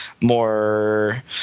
more